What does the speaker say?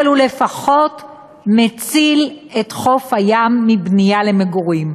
אבל הוא לפחות מציל את חוף הים מבנייה למגורים.